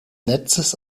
netzes